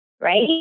right